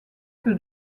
peu